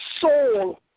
soul